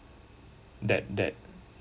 that that